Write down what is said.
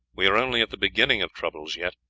we are only at the beginning of troubles yet,